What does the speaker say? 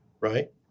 right